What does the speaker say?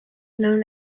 known